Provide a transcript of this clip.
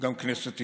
גם כנסת ישראל.